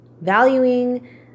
valuing